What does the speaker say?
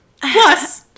Plus